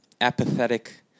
apathetic